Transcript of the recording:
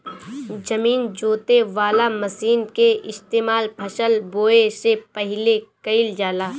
जमीन जोते वाला मशीन के इस्तेमाल फसल बोवे से पहिले कइल जाला